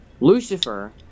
Lucifer